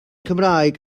cymraeg